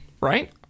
Right